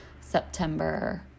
September